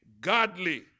godly